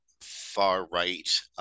far-right